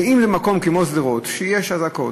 ובמקום כמו שדרות, שיש בו אזעקות,